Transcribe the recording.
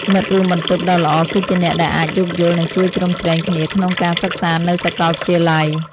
មិត្តរួមបន្ទប់ដ៏ល្អគឺជាអ្នកដែលអាចយោគយល់ និងជួយជ្រោមជ្រែងគ្នាក្នុងការសិក្សានៅសាកលវិទ្យាល័យ។